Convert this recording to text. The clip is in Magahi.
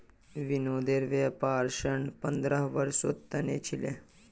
विनोदेर व्यापार ऋण पंद्रह वर्षेर त न छिले